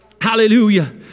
Hallelujah